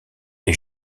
est